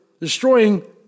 destroying